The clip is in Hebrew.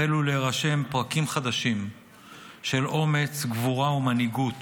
החלו להירשם פרקים חדשים של אומץ, גבורה ומנהיגות